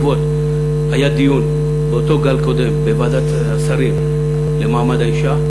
היה דיון באותו גל קודם בוועדת השרים למעמד האישה,